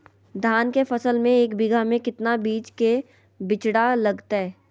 धान के फसल में एक बीघा में कितना बीज के बिचड़ा लगतय?